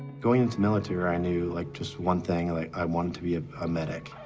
going into military i knew like just one thing, like i wanted to be a medic,